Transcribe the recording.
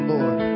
Lord